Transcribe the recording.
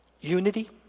unity